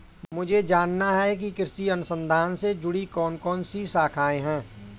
मुझे जानना है कि कृषि अनुसंधान से जुड़ी कौन कौन सी शाखाएं हैं?